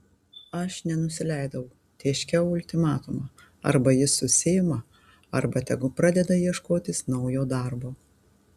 aš nenusileidau tėškiau ultimatumą arba jis susiima arba tegu pradeda ieškotis naujo darbo